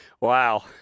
wow